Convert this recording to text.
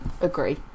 agree